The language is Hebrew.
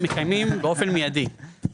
מקיימים באופן מידי.